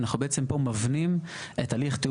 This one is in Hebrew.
אנחנו בעצם פה מבנים את הליך תיאום